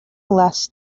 less